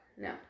No